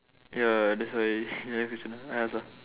ya that's why another question I ask ah